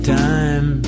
time